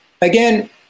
Again